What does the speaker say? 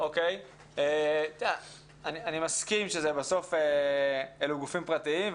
אני מסכים שבסוף אלו גופים פרטיים.